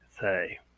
say